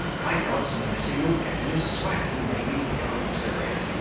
by god's mercy you'll get in a sweat and maybe doze a bit.